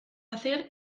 hacer